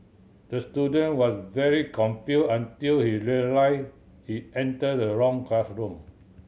the student was very confused until he realised he entered the wrong classroom